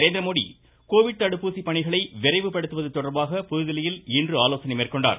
Narendra Modi Covid தடுப்பூசி பணிகளை விரைவு படுத்துவது தொடர்பாக புதுதில்லியில் இன்று ஆலோசனை மேற்கொண்டார்